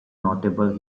notable